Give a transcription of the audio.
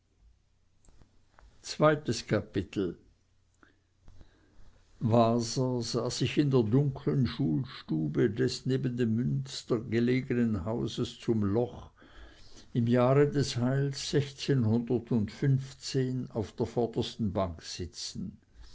zweites kapitel waser sah sich in der dunkeln schulstube des neben dem großen münster gelegenen hauses zum loch im jahre des heils auf der vordersten bank sitzen